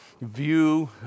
view